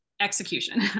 Execution